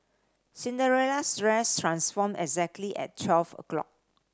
Cinderella's dress transformed exactly at twelve o' clock